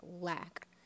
lack